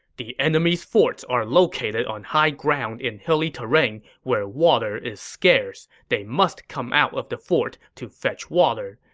the enemy's forts are located on high ground in hilly terrain where water is scarce. they must come out of the fort to fetch water.